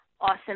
awesome